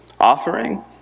offering